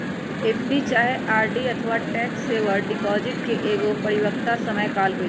FD चाहे RD अथवा tax saver deposit के एगो परिपक्वता समय काल होइ छइ